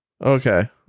Okay